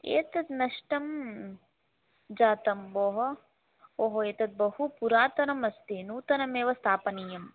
एतत् नष्टं जातं भोः ओहो एतत् बहु पुरातनमस्ति नूतनमेव स्थापनीयम्